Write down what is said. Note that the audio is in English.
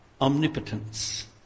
omnipotence